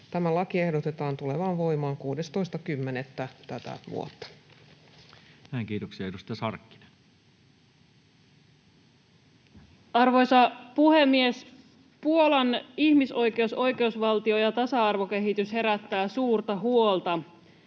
Tämän lain ehdotetaan tulevan voimaan 16.10. tänä vuonna. Kiitoksia. — Edustaja Sarkkinen. Arvoisa puhemies! Puolan ihmisoikeus-, oikeusvaltio- ja tasa-arvokehitys herättää suurta huolta.